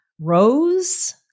rose